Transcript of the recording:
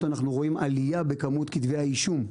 אנחנו רואים עלייה בכמות כתבי האישום,